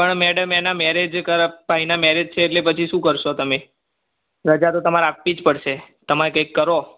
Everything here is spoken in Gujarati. પણ મેડમ એના મેરેજ કર ભાઈના મેરેજ છે એટલે પછી શું કરશો તમે રજા તો તમારે આપવી જ પડશે તમારે કંઈક કરો